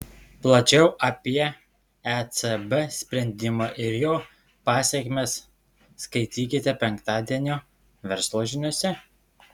plačiau apie ecb sprendimą ir jo pasekmes skaitykite penktadienio verslo žiniose